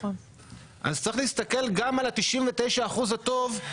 צריך להסתכל גם על ה-99% הטובים,